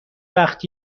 وقت